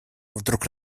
вдруг